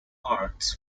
arts